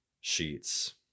sheets